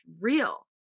real